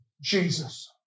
Jesus